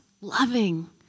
loving